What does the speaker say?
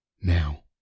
Now